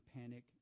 panic